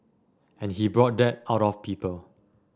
and he brought that out of people